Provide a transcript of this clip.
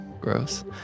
Gross